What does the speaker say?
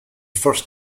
first